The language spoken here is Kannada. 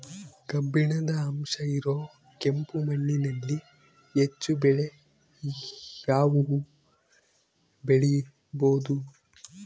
ಕಬ್ಬಿಣದ ಅಂಶ ಇರೋ ಕೆಂಪು ಮಣ್ಣಿನಲ್ಲಿ ಹೆಚ್ಚು ಬೆಳೆ ಯಾವುದು ಬೆಳಿಬೋದು?